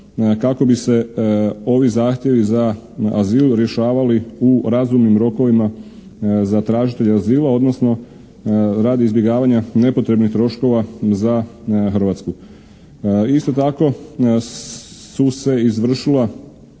kako bi se ovi zahtjevi za azil rješavali u razumnim rokovima za tražitelje azila odnosno radi izbjegavanja nepotrebnih troškova za Hrvatsku. Isto tako su se izvršila